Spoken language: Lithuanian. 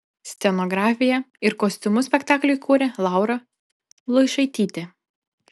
scenografiją ir kostiumus spektakliui kūrė laura luišaitytė